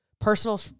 Personal